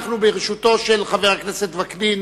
ברשותו של חבר הכנסת וקנין,